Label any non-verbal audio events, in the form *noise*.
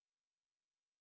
*unintelligible*